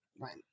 Right